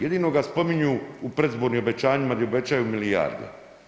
Jedino ga spominju u predizbornim obećanjima di obećaju milijarde.